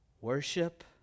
worship